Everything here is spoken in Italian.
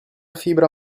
fibra